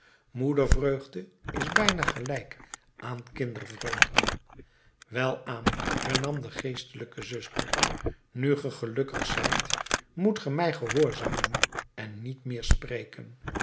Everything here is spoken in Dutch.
moedervreugde is bijna gelijk aan kindervreugde welaan hernam de geestelijke zuster nu ge gelukkig zijt moet ge mij gehoorzamen en niet meer spreken